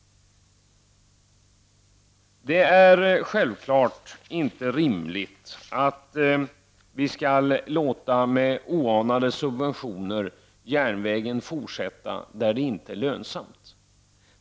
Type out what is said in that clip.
Det är naturligtvis inte rimligt att vi skall låta järnvägstrafiken fortsätta med enorma subventioner där den inte är lönsam.